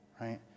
right